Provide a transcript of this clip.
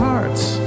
hearts